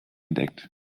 entdeckt